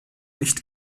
nicht